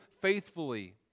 faithfully